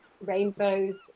rainbows